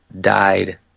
died